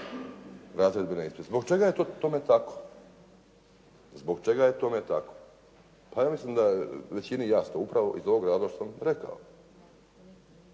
razredbene ispite. Zbog čega je tome tako? Zbog čega je tome tako? Pa ja mislim da je većini jasno, upravo iz ovog razloga što sam rekao.